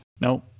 No